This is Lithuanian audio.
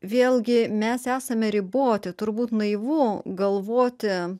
vėlgi mes esame riboti turbūt naivu galvoti